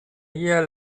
year